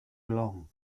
long